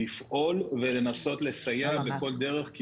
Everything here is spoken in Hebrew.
לפעול ולנסות לסייע בכל דרך,